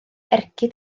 ergyd